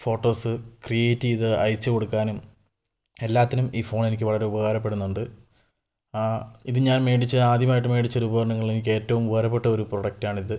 photos create ചെയ്ത് അയച്ച് കൊടുക്കാനും എല്ലാത്തിനും ഈ ഫോണെനിക്ക് വളരെ ഉപകാരപ്പെടുന്നുണ്ട് ഇത് ഞാൻ മേടിച്ച ആദ്യമായിട്ട് മേടിച്ച ഒരുപകരണങ്ങളിൽ എനിക്കേറ്റവും ഉപകാരപ്പെട്ടൊരു പ്രൊഡക്റ്റാണിത്